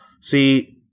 See